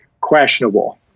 questionable